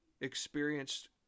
experienced